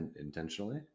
intentionally